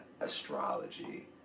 astrology